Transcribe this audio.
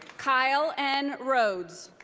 kyle n. rhoads.